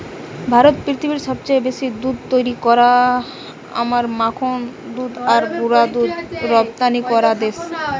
ভারত পৃথিবীর সবচেয়ে বেশি দুধ তৈরী করা আর মাখন দুধ আর গুঁড়া দুধ রপ্তানি করা দেশ